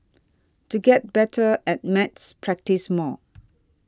to get better at maths practise more